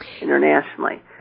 internationally